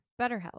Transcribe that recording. BetterHelp